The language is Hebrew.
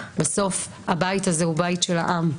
בסוף הבית הזה הוא בית של העם,